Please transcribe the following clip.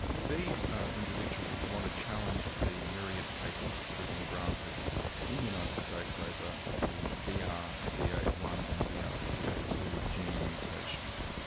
these individuals want to challenge the myriad patents that have been granted in the united states over the b r c a one and b r ah c a two gene mutations.